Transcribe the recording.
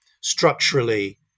structurally